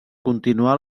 continuar